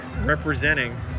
representing